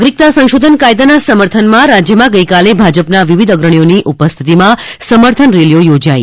નાગરિકતા સંશોધન કાયદાના સમર્થનમાં રાજયમાં ગઇકાલે ભાજપના વિવિધ અગ્રણીઓની ઉપસ્થિતિમાં સમર્થન રેલીઓ યોજાઇ